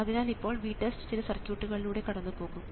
അതിനാൽ ഇപ്പോൾ VTEST ചില സർക്യൂട്ടിലൂടെ കടന്നുപോകും